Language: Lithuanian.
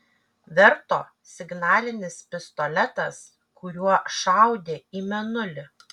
verto signalinis pistoletas kuriuo šaudė į mėnulį